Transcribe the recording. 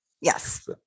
Yes